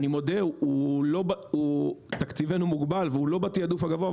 ואני מודה תקציבנו מוגבל והוא לא בתיעדוף הגבוה,